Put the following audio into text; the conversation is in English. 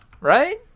right